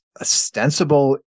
ostensible